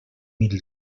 mil